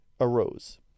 arose